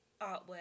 artwork